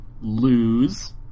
lose